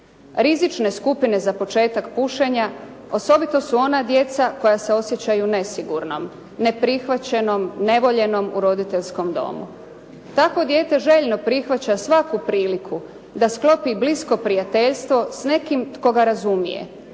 Rizične skupine za početak pušenja, osobito su ona djeca koja se osjećaju nesigurnom, neprihvaćenom, nevoljenom u roditeljskom domu. Tako dijete željno prihvaća svaku priliku da sklopi blisko prijateljstvo s nekim tko ga razumije.